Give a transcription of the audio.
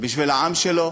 בשביל העם שלו,